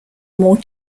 more